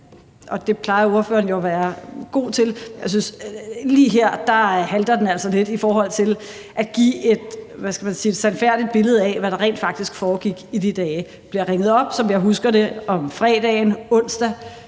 det plejer ordføreren jo at være god til – at den lige her halter lidt i forhold til at give et sandfærdigt billede af, hvad der rent faktisk foregik i de dage. Jeg blev ringet op, som jeg husker det, om fredagen. Onsdagen